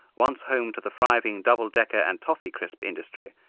once home to the thriving double decker and toffee crisp industry,